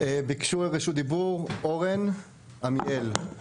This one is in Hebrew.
רשות הדיבור לאורן עמיאל.